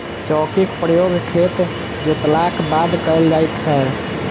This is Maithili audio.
चौकीक प्रयोग खेत जोतलाक बाद कयल जाइत छै